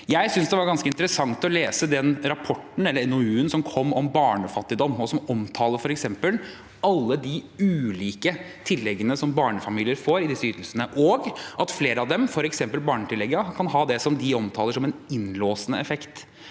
Jeg synes det var ganske interessant å lese NOU-en som kom om barnefattigdom, som f.eks. omtaler alle de ulike tilleggene barnefamilier får i disse ytelsene, og at flere av dem, f.eks. barnetillegget, kan ha det de omtaler som en innlåsende effekt.